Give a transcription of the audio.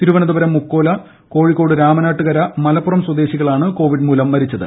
തിരുവനന്തപുരം മുക്കോല കോഴിക്ക്കോട് രാമനാട്ടുകര മലപ്പുറം സ്വദേശികളാണ് കോവിഡ് മൂല് മുരിച്ചത്